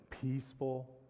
Peaceful